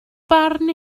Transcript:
barn